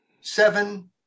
Seven